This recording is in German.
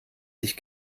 sich